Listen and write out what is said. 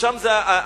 ושם זה הבלתי-מוכרים.